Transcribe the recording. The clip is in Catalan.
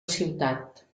ciutat